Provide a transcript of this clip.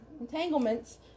Entanglements